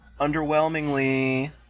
Underwhelmingly